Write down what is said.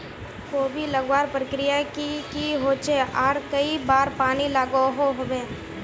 कोबी लगवार प्रक्रिया की की होचे आर कई बार पानी लागोहो होबे?